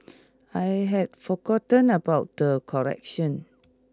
I had forgotten about the collection